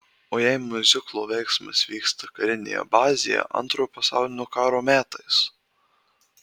o jei miuziklo veiksmas vyksta karinėje bazėje antrojo pasaulinio karo metais